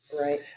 Right